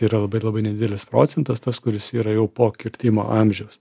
yra labai labai nedidelis procentas tas kuris yra jau po kirtimo amžiaus